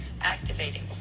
activating